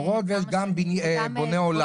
דורות וגם בוני עולם.